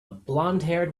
blondhaired